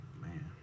Man